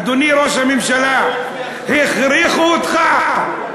אדוני ראש הממשלה, הכריחו אותך?